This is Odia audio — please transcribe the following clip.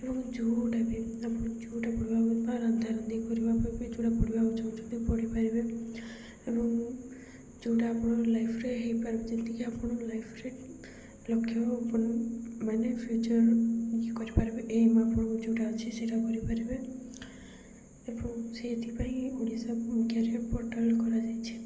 ଏବଂ ଯେଉଁଟା ବି ଆପଣ ଯେଉଁଟା ପଢ଼ିବାକୁ ବା ରାନ୍ଧା ରାନ୍ଧି କରିବା ପାଇଁ ବି ଯେଉଁଟା ପଢ଼ିବାକୁ ଚାହୁଁଛନ୍ତି ପଢ଼ିପାରିବେ ଏବଂ ଯେଉଁଟା ଆପଣ ଲାଇଫ୍ରେ ହେଇପାରିବେ ଯେମିତିକି ଆପଣ ଲାଇଫ୍ରେ ଲକ୍ଷ୍ୟ ମାନେ ଫ୍ୟୁଚର୍ ଇଏ କରିପାରିବେ ଏମ୍ ଆପଣ ଯେଉଁଟା ଅଛି ସେଇଟା କରିପାରିବେ ଏବଂ ସେଇଥିପାଇଁ ଓଡ଼ିଶା କ୍ୟାରିୟର୍ ପୋର୍ଟାଲ୍ କରାଯାଇଛି